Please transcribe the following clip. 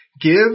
Give